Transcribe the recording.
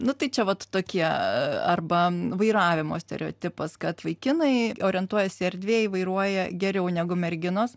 nu tai čia vat tokie arba vairavimo stereotipas kad vaikinai orientuojasi erdvėj vairuoja geriau negu merginos